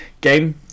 game